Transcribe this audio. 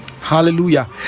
hallelujah